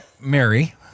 Mary